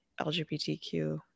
LGBTQ